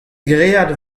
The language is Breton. graet